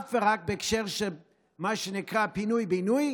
אז אך ורק בהקשר של מה שנקרא פינוי-בינוי